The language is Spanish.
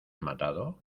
matado